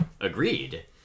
Agreed